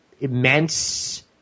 immense